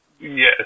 Yes